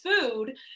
food